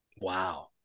Wow